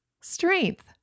strength